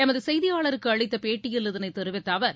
எமது செய்தியாளருக்கு அளித்த பேட்டியில் இதனை தெரிவித்த அவர்